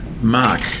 Mark